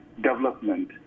development